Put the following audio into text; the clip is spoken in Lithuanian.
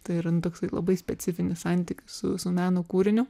tai yra nu toksai labai specifinis santykis su meno kūriniu